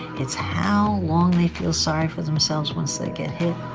it's how long they feel sorry for themselves once they get hit.